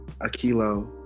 Akilo